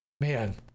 Man